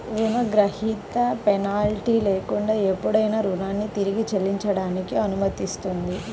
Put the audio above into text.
రుణగ్రహీత పెనాల్టీ లేకుండా ఎప్పుడైనా రుణాన్ని తిరిగి చెల్లించడానికి అనుమతిస్తుంది